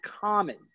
common